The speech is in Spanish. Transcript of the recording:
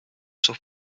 sus